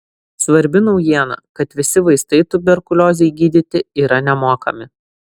svarbi naujiena kad visi vaistai tuberkuliozei gydyti yra nemokami